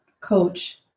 coach